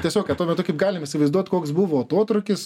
tiesiog kad tuo metu kaip galim įsivaizduot koks buvo atotrūkis